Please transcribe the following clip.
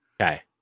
Okay